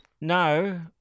No